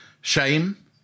shame